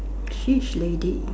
she is a lady